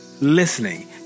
listening